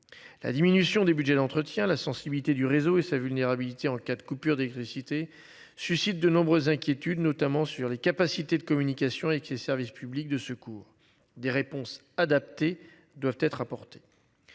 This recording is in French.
La diminution des Budgets d'entretien la sensibilité du réseau et sa vulnérabilité en cas de coupure d'électricité, suscite de nombreuses inquiétudes notamment sur les capacités de communication avec les services publics de secours des réponses adaptées doivent être apportées.